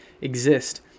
exist